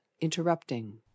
interrupting